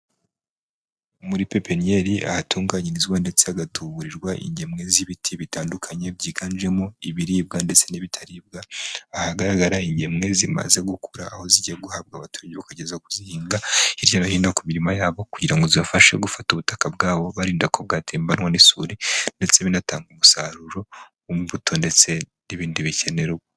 Muri pepeniyeri ahatunganyirizwa ndetse hagatuburirwa ingemwe z'ibiti bitandukanye, byiganjemo ibiribwa ndetse n'ibitaribwa, ahagaragara ingemwe zimaze gukura, aho zijya guhabwa abaturage bakagerageza kuzihinga hirya no hino ku mirimo yabo kugira ngo zibafashe gufata ubutaka bwabo baburinda ko bwatembanywa n'isuri, ndetse binatanga umusaruro w'imbuto, ndetse n'ibindi bikenerwa.